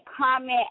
comment